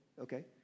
Okay